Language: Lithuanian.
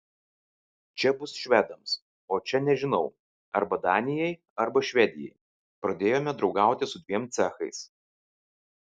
čia bus švedams o čia nežinau arba danijai arba švedijai pradėjome draugauti su dviem cechais